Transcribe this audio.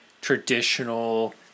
traditional